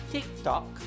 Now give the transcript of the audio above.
TikTok